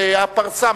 הפרסה,